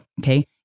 Okay